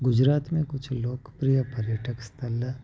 गुजरात में कुझु लोकप्रिय पर्यटक स्थलु